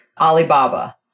Alibaba